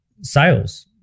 sales